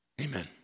Amen